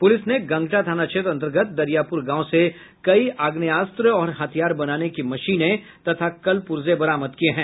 police ने गंगटा थाना क्षेत्र अंतर्गत दरियापुर गांव से कई आग्नेयास्त्र और हथियार बनाने की मशीने तथा कल पुर्जे बरामद किये हैं